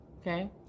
Okay